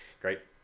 great